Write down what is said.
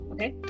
Okay